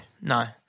no